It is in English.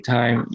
time